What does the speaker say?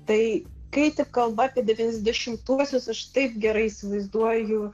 tai kai tik kalba apie devyniasdešimtuosius aš taip gerai įsivaizduoju